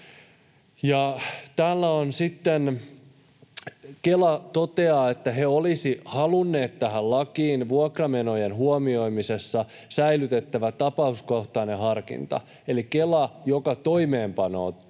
Täällä sitten Kela toteaa, että he olisivat halunneet tähän lakiin vuokramenojen huomioimisessa, että säilytettävä tapauskohtainen harkinta — eli Kela, joka toimeenpanee tätä lakia,